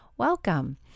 welcome